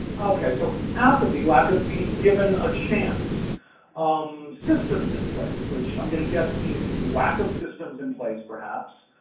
okay. so apathy, lack of being given a chance um systems in place, which i'm going to guess means lack of systems in place, perhaps